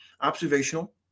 observational